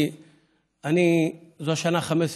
כי זו השנה ה-15